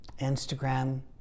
Instagram